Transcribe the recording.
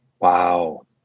Wow